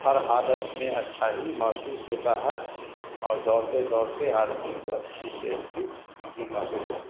ہر حالت میں اچھا ہی محسوس ہوتا ہے اور دوڑتے دوڑتے آدمی کو اچھی سے اچھی چیز محسوس ہوتی ہے